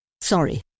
Sorry